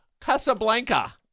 Casablanca